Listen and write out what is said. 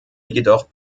jedoch